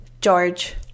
George